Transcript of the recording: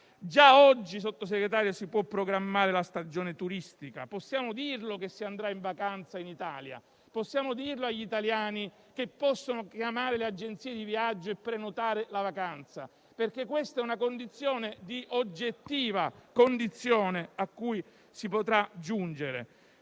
Già oggi, Sottosegretario, si può programmare la stagione turistica: possiamo dire che si andrà in vacanza in Italia, possiamo dire agli italiani che possono chiamare le agenzie di viaggio e prenotare la vacanza, perché questa è una condizione oggettiva a cui si potrà giungere.